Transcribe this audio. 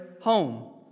home